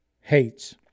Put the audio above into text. hates